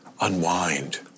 unwind